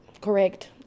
Correct